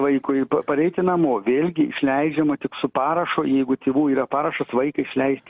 vaikui pa pareiti namo vėlgi išleidžiama tik su parašu jeigu tėvų yra parašas vaiką išleist